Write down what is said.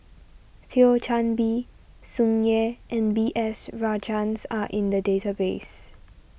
Thio Chan Bee Tsung Yeh and B S Rajhans are in the database